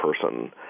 person